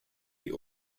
the